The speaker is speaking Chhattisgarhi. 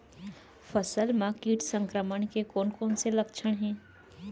फसल म किट संक्रमण के कोन कोन से लक्षण हे?